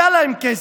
היה להם כסף,